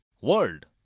world